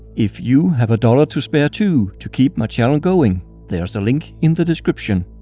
if you have a dollar to spare too to keep my channel going there's a link in the description.